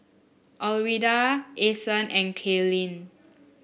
Alwilda Ason and Cailyn